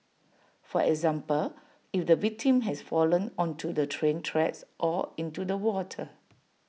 for example if the victim has fallen onto the train tracks or into the water